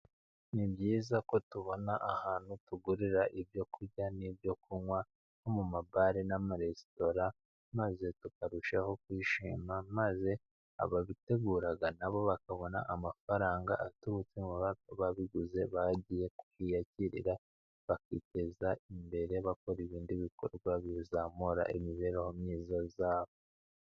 Ni byiza ko tubona ahantu tugurira ibyo kurya n'ibyo kunywa, nko mu magare n'amaresitora, maze tukarushaho kuyishima, maze ababitegura nabo bakabona amafaranga aturutse, ababiguze bagiye kubyiyakiriza bakiteza imbere, bakora ibindi bikorwa bizamura imibereho myiza yabo.